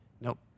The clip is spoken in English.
nope